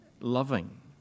loving